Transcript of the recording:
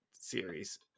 series